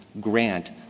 grant